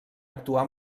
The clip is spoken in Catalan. actuar